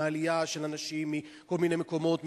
מעלייה של אנשים מכל מיני מקומות,